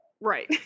Right